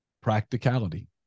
practicality